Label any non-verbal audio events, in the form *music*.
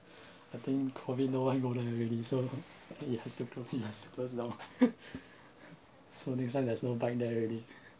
*breath* I think COVID no one go there already so it has to close it has to close down *laughs* so next time there's no bike there already